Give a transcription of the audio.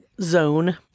zone